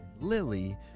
Lily